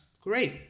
great